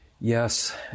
Yes